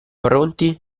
pronti